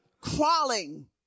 crawling